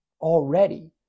already